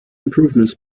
improvements